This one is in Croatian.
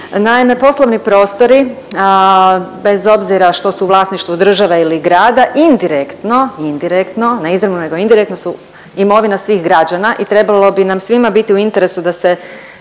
Naime, poslovni prostori bez obzira što su u vlasništvu države ili grada indirektno, indirektno, ne izravno nego indirektno su imovina svih građana i trebalo bi nam svima biti u interesu da se